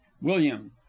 william